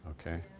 Okay